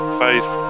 faith